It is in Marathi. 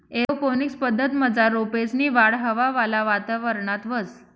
एअरोपोनिक्स पद्धतमझार रोपेसनी वाढ हवावाला वातावरणात व्हस